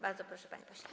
Bardzo proszę, panie pośle.